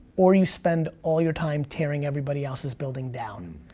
or you spend all your time tearing everybody else's building down.